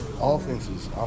offenses